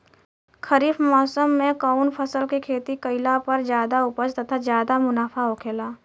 खरीफ़ मौसम में कउन फसल के खेती कइला पर ज्यादा उपज तथा ज्यादा मुनाफा होखेला?